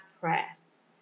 press